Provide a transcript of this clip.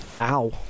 ow